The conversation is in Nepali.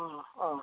अँ अँ